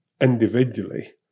individually